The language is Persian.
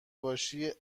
باشی